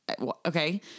Okay